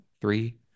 three